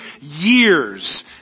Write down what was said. years